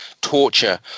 torture